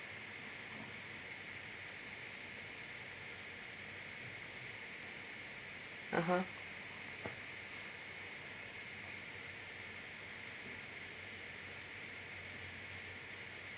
(uh huh)